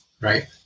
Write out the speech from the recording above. Right